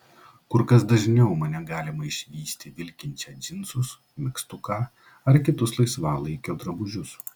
kur kas dažniau mane galima išvysti vilkinčią džinsus megztuką ar kitus laisvalaikio drabužius